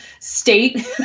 state